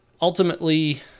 Ultimately